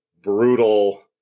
brutal